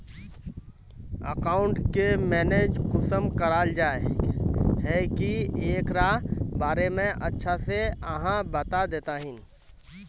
Account के manage कुंसम कराल जाय है की एकरा बारे में अच्छा से आहाँ बता देतहिन?